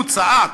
הוא צעק,